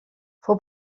fou